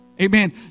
Amen